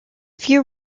few